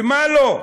ומה לא,